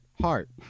heart